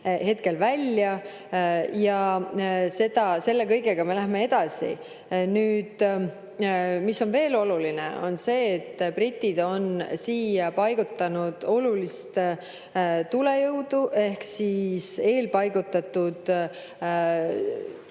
hetkel välja. Selle kõigega me läheme edasi. Nüüd, mis on veel oluline, on see, et britid on siia paigutanud olulist tulejõudu. Ehk eelpaigutatud